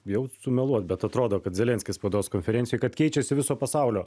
bijau sumeluot bet atrodo kad zelenskis spaudos konferencijoj kad keičiasi viso pasaulio